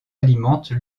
alimentent